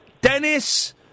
Dennis